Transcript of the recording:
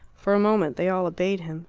for a moment they all obeyed him.